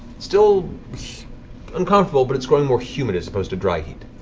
still uncomfortable, but it's growing more humid as opposed to dry heat.